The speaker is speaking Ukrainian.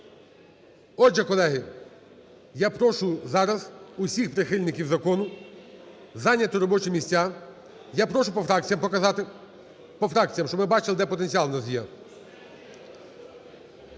Отже, колеги, я прошу зараз всіх прихильників закону зайняти робочі місця. Я прошу по фракціям показати, по фракціям, щоб ми бачили де потенціал у нас є.